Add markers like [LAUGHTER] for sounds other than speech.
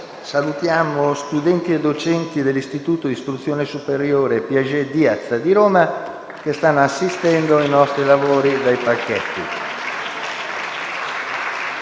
saluto gli studenti e i docenti dell’Istituto di istruzione superiore «Piaget-Diaz» di Roma, che stanno assistendo ai nostri lavori. [APPLAUSE]